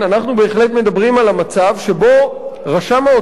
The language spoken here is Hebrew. אנחנו בהחלט מדברים על המצב שבו רשם ההוצאה